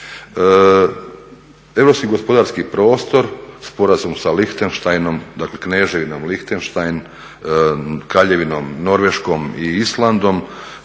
Europski gospodarski prostor, sporazum sa Lihtenštajnom, dakle Kneževinom Lihtenštajn, Kraljevinom Norveškom i Islandom